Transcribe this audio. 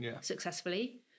successfully